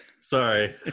Sorry